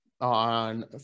on